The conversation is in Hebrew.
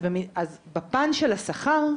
אז בפן של השכר בעצם,